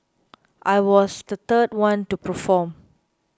I was the third one to perform